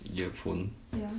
earphone